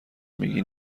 میگی